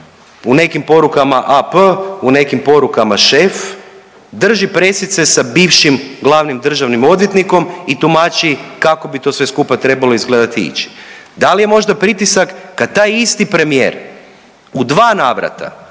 u nekim porukama AP, u nekim porukama šef, drži presice sa bivšim glavnim državnim odvjetnikom i tumači kako bi to sve skupa trebalo izgledati i ići. Da li je možda pritisak kad taj isti premijer u dva navrata